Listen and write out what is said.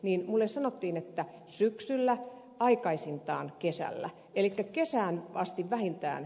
minulle sanottiin että syksyllä aikaisintaan kesällä elikkä kesään asti vähintään